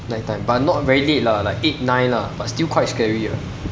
night time but not very late lah like eight nine lah but still quite scary ah